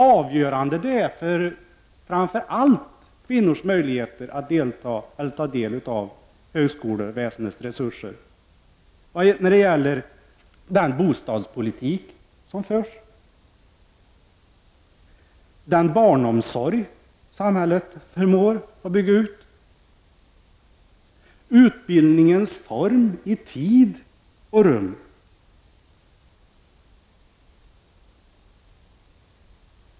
Avgörande för framför allt kvinnors möjligheter att ta del av högskoleväsendets resurser är den bostadspolitik som förs, den barnomsorg som samhället förmår att bygga ut och utbildningens form i tid och rum.